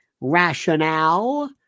rationale